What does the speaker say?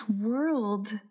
world